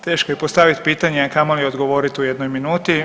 Teško je postaviti pitanje, a kamoli odgovorit u jednoj minuti.